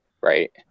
Right